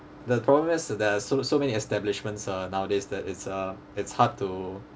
the problem is there are so so many establishments uh nowadays that it's uh it's hard to